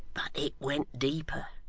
but it went deeper.